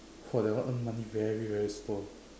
!wah! that one earn money very very slow